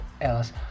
else